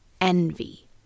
envy